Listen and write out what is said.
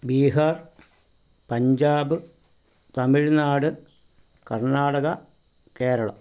Bihar Punjab Tamil Nadu Karnataka Kerala